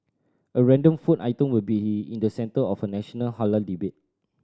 a random food item will be in the centre of a national halal debate